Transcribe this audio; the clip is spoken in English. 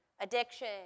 addiction